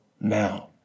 now